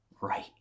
right